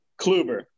Kluber